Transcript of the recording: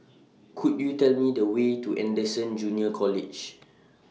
Could YOU Tell Me The Way to Anderson Junior College